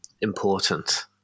important